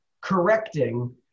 correcting